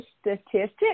statistics